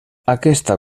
aquesta